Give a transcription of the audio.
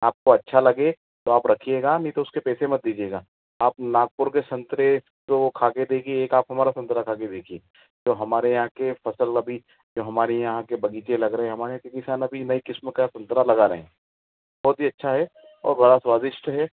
आपको अच्छा लगे तो आप रखिएगा नहीं तो उसके पैसे आप मत दीजिएगा आप नागपुर के संतरे तो खा कर देखिए एक आप हमारा संतरा खाकर देखिए हमारे यहाँ के फसल अभी जो हमारे यहाँ के बगीचे लग रहे हैं हमारे यहाँ के किसान अभी नई किस्म का संतरा लगा रहे हैं बहुत ही अच्छा है और बड़ा ही स्वादिष्ट है